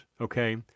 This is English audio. okay